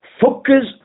focus